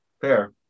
Fair